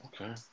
Okay